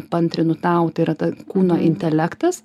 paantrinu tau tai yra ta kūno intelektas